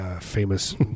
famous